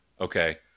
Okay